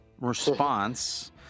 response